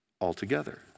altogether